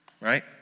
Right